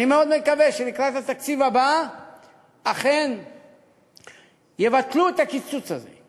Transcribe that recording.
אני מאוד מקווה שלקראת התקציב הבא אכן יבטלו את הקיצוץ הזה,